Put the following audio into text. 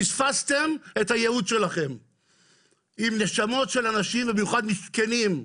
פספסתם את הייעוד שלכם עם נשמות של אנשים מסכנים,